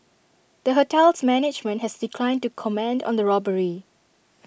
the hotel's management has declined to comment on the robbery